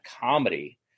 comedy